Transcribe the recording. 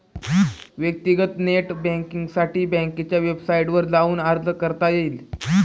व्यक्तीगत नेट बँकींगसाठी बँकेच्या वेबसाईटवर जाऊन अर्ज करता येईल